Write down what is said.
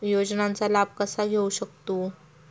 योजनांचा लाभ कसा घेऊ शकतू?